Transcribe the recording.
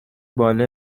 باله